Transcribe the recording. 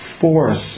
force